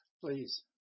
please